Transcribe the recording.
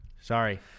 sorry